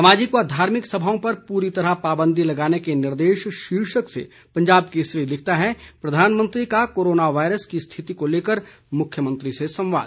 सामाजिक व धार्मिक सभाओं पर पूरी तरह पाबंदी लगाने के निर्देश शीर्षक से पंजाब केसरी लिखता है प्रधानमंत्री का कोरोना वायरस की स्थिति को लेकर मुख्यमंत्री से संवाद